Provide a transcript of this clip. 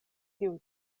tiu